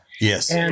Yes